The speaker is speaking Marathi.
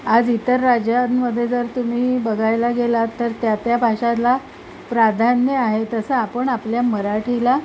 आज इतर राज्यांमध्ये जर तुम्ही बघायला गेलात तर त्या त्या भाषाला प्राधान्य आहे तसं आपण आपल्या मराठीला